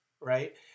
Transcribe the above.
right